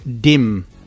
dim